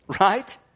right